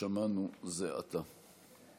ששמענו זה עתה.